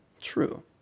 true